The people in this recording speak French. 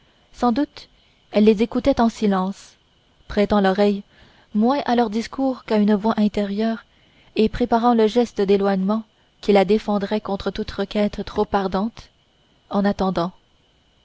sans doute elle les écoutait en silence prêtant l'oreille moins à leurs discours qu'à une voix intérieure et préparant le geste d'éloignement qui la défendait contre toute requête trop ardente en attendant